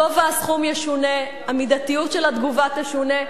גובה הסכום ישונה, המידתיות של התגובה תשונה.